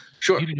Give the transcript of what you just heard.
Sure